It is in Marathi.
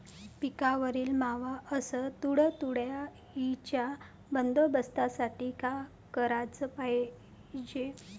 पिकावरील मावा अस तुडतुड्याइच्या बंदोबस्तासाठी का कराच पायजे?